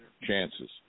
chances